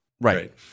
Right